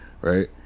right